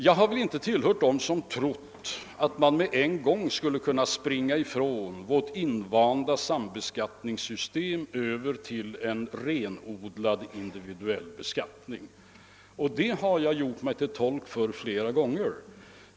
Jag har inte tillhört dem som har trott att man på en gång skulle kunna springa från vårt invanda sambeskattningssystem till en renodlat individuell beskattning, och det har jag flera gånger giort mig till tolk för.